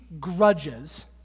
grudges